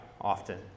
often